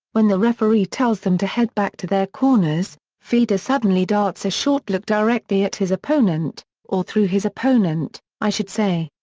when the referee tells them to head back to their corners, fedor suddenly darts a short look directly at his opponent or through his opponent, i should say.